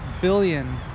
billion